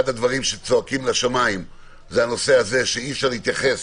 אחד הדברים שצועקים לשמיים זה הנושא שאי-אפשר להתייחס